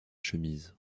chemise